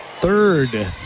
Third